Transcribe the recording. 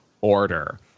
Order